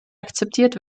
akzeptiert